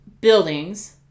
buildings